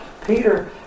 Peter